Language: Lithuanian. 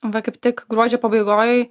va kaip tik gruodžio pabaigoj